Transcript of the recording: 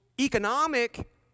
economic